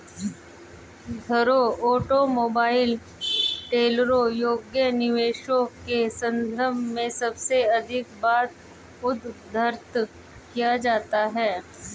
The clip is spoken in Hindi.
घरों, ऑटोमोबाइल, ट्रेलरों योग्य निवेशों के संदर्भ में सबसे अधिक बार उद्धृत किया जाता है